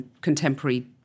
contemporary